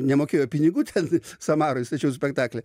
nemokėjo pinigų ten samaroj stačiau spektaklį